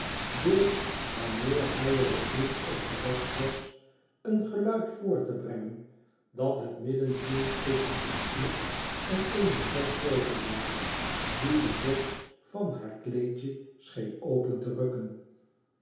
door wanneer hij er het minst op verdacht was een geluid voort te brengen dat het midden hield tusschen een snik en eene flesch sodawater die de borst van haar kleedje scheen open te rukken